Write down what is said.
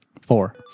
Four